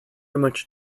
much